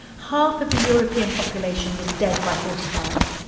half of the european population was dead by forty five.